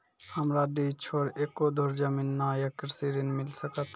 हमरा डीह छोर एको धुर जमीन न या कृषि ऋण मिल सकत?